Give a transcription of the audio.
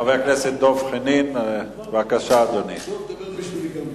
חבר הכנסת דב חנין, בבקשה, אדוני.